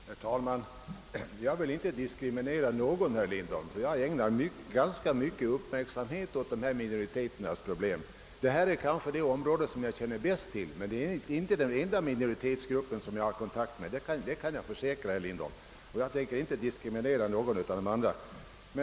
Herr talman! Jag vill inte diskriminera någon, herr Lindholm. Jag har ägnat ganska stor uppmärksamhet åt dessa minoriteters problem. Den estniska folkgruppen är den som jag kanske känner bäst till, men jag kan försäkra att den inte är den enda minoritetsgrupp som jag har kontakt med, och jag tänker inte diskriminera någon av de övriga.